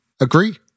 agree